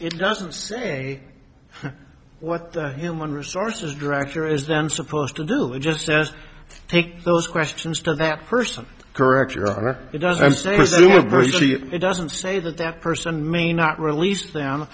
it doesn't say what human resources director is then supposed to do just as take those questions for that person correct you're right it doesn't it doesn't say that that person may not release down